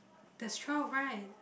there's twelve right